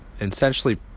essentially